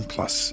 Plus